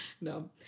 No